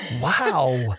Wow